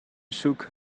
shook